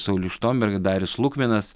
saulius štomberg darius lukminas